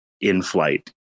in-flight